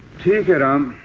to get um